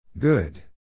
Good